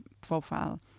profile